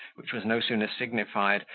which was no sooner signified,